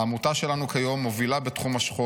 העמותה שלנו כיום מובילה בתחום השכול